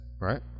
Right